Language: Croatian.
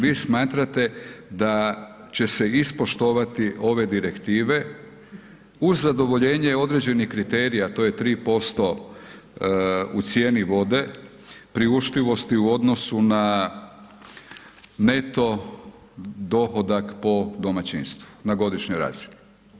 Vi smatrate da će se ispoštovati ove direktive uz zadovoljenje određenih kriterija a to je 3% u cijeni vode, priuštivosti u odnosu na neto dohodak po domaćinstvu na godišnjoj razini.